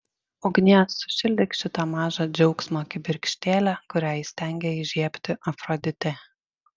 ugnie sušildyk šitą mažą džiaugsmo kibirkštėlę kurią įstengė įžiebti afroditė